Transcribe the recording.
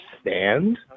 stand